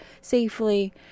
safely